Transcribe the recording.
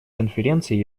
конференции